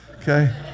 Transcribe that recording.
okay